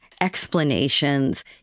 explanations